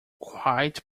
quite